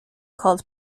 called